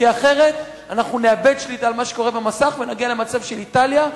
כי אחרת אנחנו נאבד שליטה על מה שקורה במסך ונגיע למצב של איטליה,